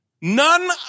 None